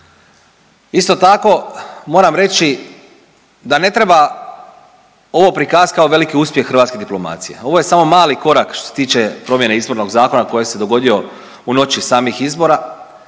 Isto tako moram reći da ne treba ovo prikazati kao veliki uspjeh hrvatske diplomacije. Ovo je samo mali korak što se tiče promjene Izbornog zakona koji se dogodio u noći samih izbora,